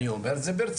אני אומר את זה ברצינות,